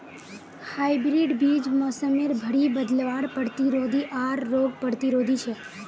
hybrid बीज मोसमेर भरी बदलावर प्रतिरोधी आर रोग प्रतिरोधी छे